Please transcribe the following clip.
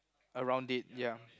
around it ya